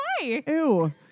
Ew